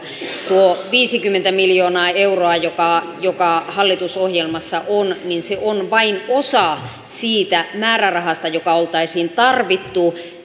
tuo viisikymmentä miljoonaa euroa joka joka hallitusohjelmassa on on vain osa siitä määrärahasta joka oltaisiin tarvittu